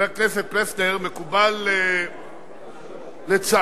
חבר הכנסת פלסנר, מקובל, לצערי,